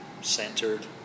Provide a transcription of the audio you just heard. centered